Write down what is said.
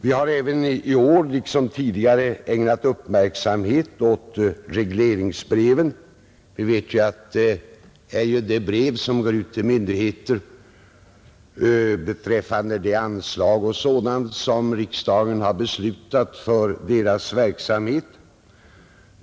Vi har i år liksom tidigare ägnat uppmärksamhet även åt regleringsbreven. Det är ju de brev som går ut till myndigheter beträffande anslag och sådant som riksdagen beviljat för deras verksamhet.